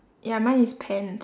ya mine is pants